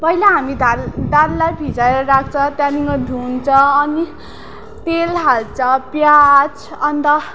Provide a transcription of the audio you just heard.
पहिला हामी दाल दाललाई भिजाएर राख्छ त्यहाँदेखिको धुन्छ अनि तेल हाल्छ अन्त प्याज अन्त